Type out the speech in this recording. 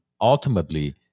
ultimately